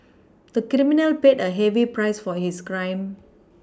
the criminal paid a heavy price for his crime